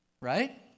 Right